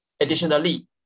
Additionally